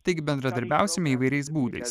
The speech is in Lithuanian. taigi bendradarbiausime įvairiais būdais